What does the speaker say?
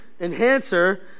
enhancer